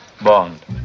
Bond